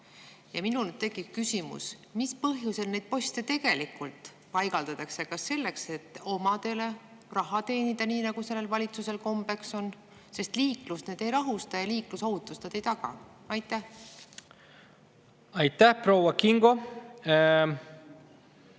Minul tekib küsimus: mis põhjusel neid poste tegelikult paigaldatakse, kas selleks, et omadele raha teenida, nii nagu sellel valitsusel kombeks on? Sest liiklust need ei rahusta ja liiklusohutust need ei taga. Tänan,